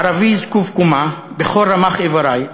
ערבי זקוף קומה בכל רמ"ח איברי,